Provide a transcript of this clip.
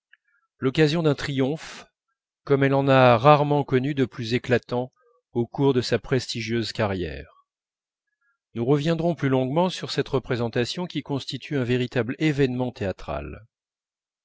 l'occasion d'un triomphe comme elle en a rarement connu de plus éclatant au cours de sa prestigieuse carrière nous reviendrons plus longuement sur cette représentation qui constitue un véritable événement théâtral